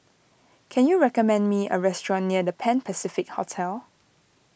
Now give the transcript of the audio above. can you recommend me a restaurant near the Pan Pacific Hotel